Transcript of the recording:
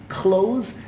clothes